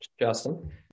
Justin